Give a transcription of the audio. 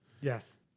Yes